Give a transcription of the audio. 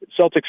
Celtics